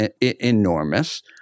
enormous